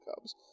cubs